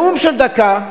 נאום של דקה,